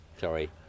Sorry